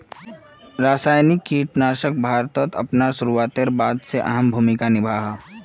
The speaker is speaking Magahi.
रासायनिक कीटनाशक भारतोत अपना शुरुआतेर बाद से कृषित एक अहम भूमिका निभा हा